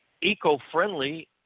eco-friendly